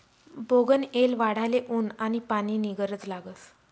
बोगनयेल वाढाले ऊन आनी पानी नी गरज लागस